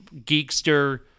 Geekster